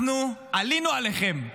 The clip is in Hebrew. אנחנו עלינו עליכם,